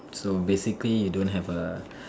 so basically you don't have a